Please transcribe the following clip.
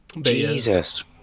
Jesus